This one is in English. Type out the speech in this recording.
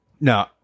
No